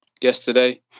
Yesterday